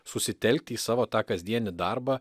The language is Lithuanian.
susitelkti į savo tą kasdienį darbą